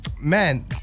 Man